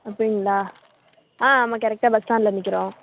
அப்படிங்களா ஆ ஆமாம் கரெக்டாக பஸ் ஸ்டாண்ட்டில் நிற்கிறோம்